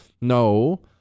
no